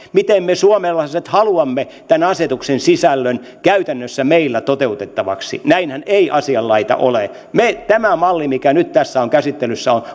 miten me suomalaiset haluamme tämän asetuksen sisällön käytännössä meillä toteutettavaksi näinhän ei asianlaita ole tämä malli mikä nyt tässä on käsittelyssä on